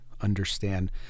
understand